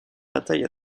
bataille